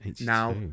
Now